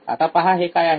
आता पहा हे काय आहे